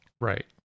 Right